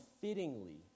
fittingly